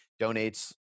donates –